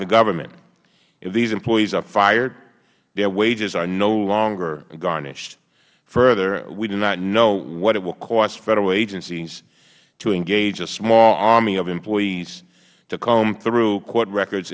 the government if these employees are fired their wages are no longer garnished further we do not know what it would cost federal agencies to engage a small army of employees to comb through court records